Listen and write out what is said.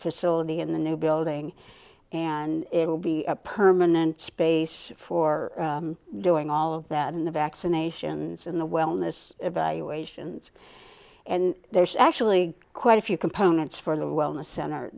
facility in the new building and it will be a permanent space for doing all of that in the vaccinations in the wellness evaluations and there's actually quite a few components for the wellness center